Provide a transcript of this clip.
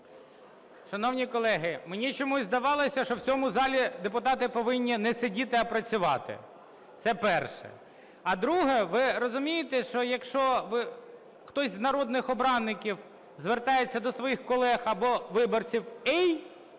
Шановні колеги, мені чомусь здавалося, що в цьому залі депутати повинні не сидіти, а працювати. Це перше. А друге, ви розумієте, що якщо хтось з народних обранців звертається до своїх колег або виборців "ей",